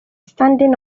standing